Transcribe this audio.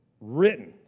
written